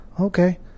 okay